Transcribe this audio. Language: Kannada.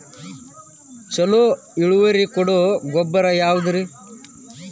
ಛಲೋ ಇಳುವರಿ ಕೊಡೊ ಗೊಬ್ಬರ ಯಾವ್ದ್?